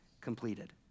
completed